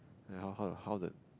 like how how how the